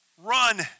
run